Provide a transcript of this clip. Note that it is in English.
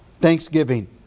Thanksgiving